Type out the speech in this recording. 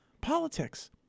politics